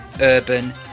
Urban